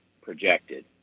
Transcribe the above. projected